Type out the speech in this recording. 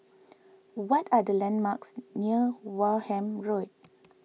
what are the landmarks near Wareham Road